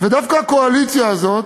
ודווקא הקואליציה הזאת,